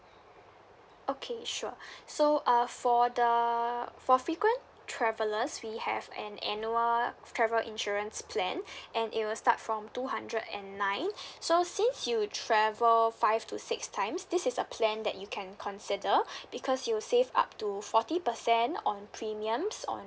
okay sure so uh for the for frequent travellers we have an annual travel insurance plan and it will start from two hundred and nine so since you travel five to six times this is a plan that you can consider because you save up to forty percent on premiums on